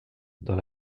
dans